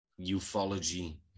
ufology